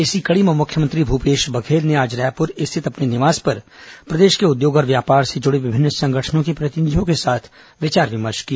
इसी कड़ी में मुख्यमंत्री भूपेश बघेल ने आज रायपुर स्थित अपने निवास पर प्रदेश के उद्योग और व्यापार से जुड़े विभिन्न संगठनों के प्रतिनिधियों के साथ विचार विमर्श किया